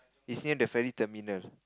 is near the ferry terminal